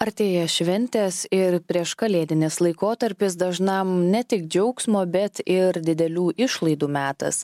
artėja šventės ir prieškalėdinis laikotarpis dažnam ne tik džiaugsmo bet ir didelių išlaidų metas